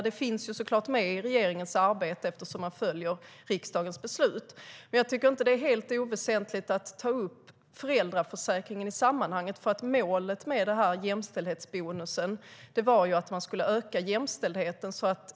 Det finns såklart med i regeringens arbete eftersom man följer riksdagens beslut. Jag tycker inte att det är helt oväsentligt att ta upp föräldraförsäkringen i sammanhanget. Målen med jämställdhetsbonusen var att man skulle öka jämställdheten.